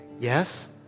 Yes